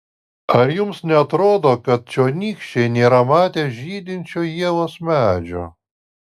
ar jums neatrodo kad čionykščiai nėra matę žydinčio ievos medžio